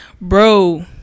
Bro